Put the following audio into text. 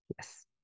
Yes